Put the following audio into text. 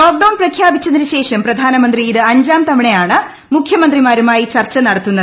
lockdown പ്രഖ്യാപിച്ചതിനുശേഷം പ്രധാനമന്ത്രി ഇത് അഞ്ചാം തവണയാണ് മുഖ്യമന്ത്രിമാരുമായി ചർച്ച നടത്തുന്നത്